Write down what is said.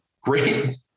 great